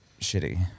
shitty